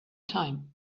time